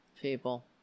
people